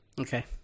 Okay